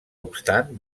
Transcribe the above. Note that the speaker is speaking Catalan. obstant